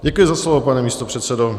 Děkuji za slovo, pane místopředsedo.